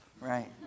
right